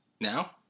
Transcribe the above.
Now